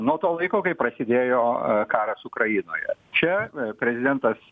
nuo to laiko kai prasidėjo karas ukrainoje čia prezidentas